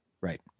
right